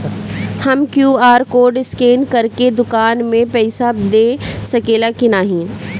हम QR code scan करके दुकान में पईसा दे सकेला की नाहीं?